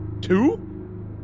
Two